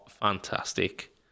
fantastic